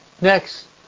Next